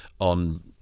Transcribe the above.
on